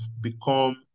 become